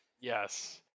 Yes